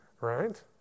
right